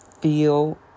feel